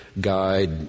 guide